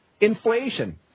Inflation